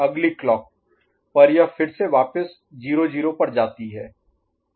अगली क्लॉक पर यह फिर से वापस 0 0 पर जाती है